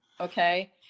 Okay